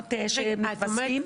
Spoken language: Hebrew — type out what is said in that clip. מקומות שמתווספים.